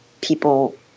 people